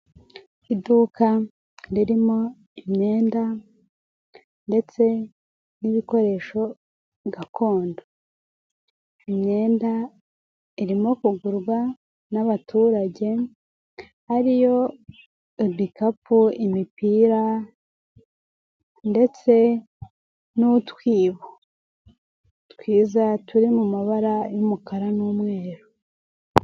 Iduka ririmo imyenda ndetse n'ibikoresho gakondo, imyenda irimo kugurwa n'abaturage ariyo ubipakapu, imipira ndetse n'utwibo twiza turi mu mabara y'umukara n'umweru.